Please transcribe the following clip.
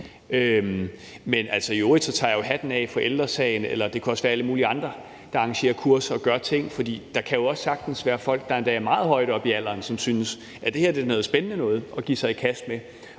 Men, altså, i øvrigt tager jeg hatten af for Ældre Sagen og alle mulige andre, der arrangerer kurser og gør ting, for der kan jo sagtens være folk, der er endog meget højt op i alderen, som synes, at det her er noget spændende noget at give sig i kast med,